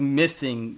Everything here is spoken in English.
missing